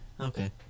Okay